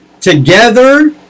Together